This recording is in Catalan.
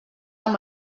amb